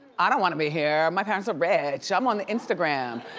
i don't want to be here, my parents are rich, i'm on instagram.